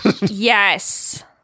Yes